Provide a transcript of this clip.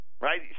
right